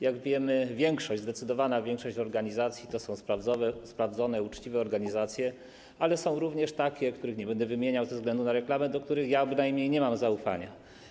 Jak wiemy, zdecydowana większość organizacji to sprawdzone i uczciwe organizacje, ale są również takie, których nie będę wymieniał ze względu na reklamę, do których bynajmniej nie mam zaufania.